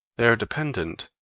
they are dependent,